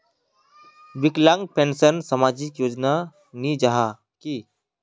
विकलांग पेंशन सामाजिक योजना नी जाहा की?